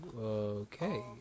Okay